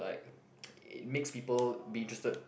like it makes people be interested